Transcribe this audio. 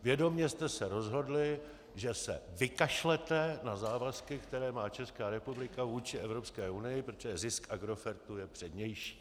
Vědomě jste se rozhodli, že se vykašlete na závazky, které má Česká republika vůči Evropské unii, protože zisk Agrofertu je přednější.